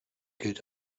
gilt